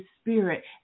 spirit